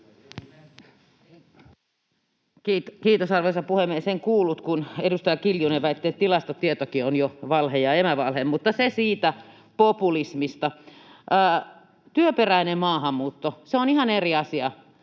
Kiitos, arvoisa puhemies! En kuullut, kun edustaja Kiljunen väitti, että tilastotietokin on jo valhe ja emävalhe, mutta se siitä populismista. Työperäinen maahanmuutto. Se on ihan eri asia